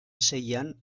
seian